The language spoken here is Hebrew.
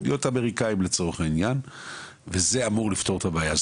להיות אמריקאים לצורך העניין וזה אמור לפתור את הבעיה,